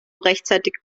rechtzeitig